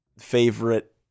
Favorite